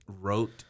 wrote